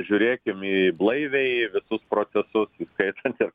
žiūrėkim į blaiviai į visus procesus įskaitant ir